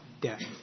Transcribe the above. death